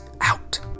out